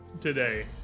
today